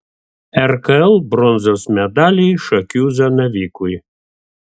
rkl bronzos medaliai šakių zanavykui